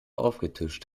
aufgetischt